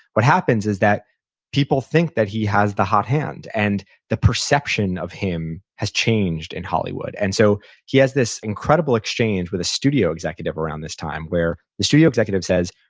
what happens is that people think that he has the hot hand, and the perception of him has changed in hollywood. and so he has this incredible exchange with a studio executive around this time where the studio executive says,